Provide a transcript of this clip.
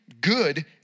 good